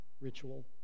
ritual